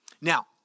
Now